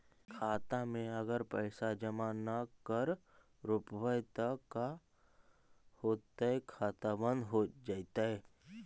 खाता मे अगर पैसा जमा न कर रोपबै त का होतै खाता बन्द हो जैतै?